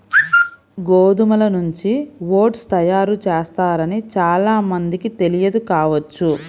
గోధుమల నుంచి ఓట్స్ తయారు చేస్తారని చాలా మందికి తెలియదు కావచ్చు